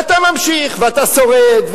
ואתה ממשיך ואתה שורד.